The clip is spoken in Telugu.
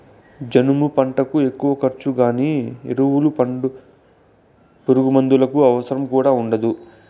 జనుము పంటకు ఎక్కువ ఖర్చు గానీ ఎరువులు పురుగుమందుల అవసరం కూడా ఉండదు